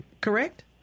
correct